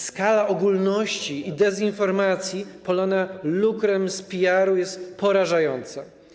Skala ogólności i dezinformacji polanych lukrem z PR jest porażająca.